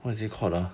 what is it called ah